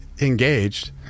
engaged